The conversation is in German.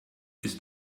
bist